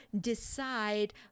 decide